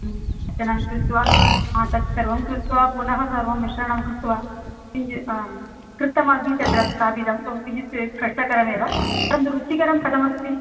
पचनं कृत्वा तत् सर्वं कृत्वा पुनः सर्वं मिश्रणं कृत्वा किञ्चित् आं कृतमपि तत्र स्थापितं बहु किञ्चित् कष्टकरमेव परं रुचिकरं कथमस्ति